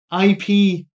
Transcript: IP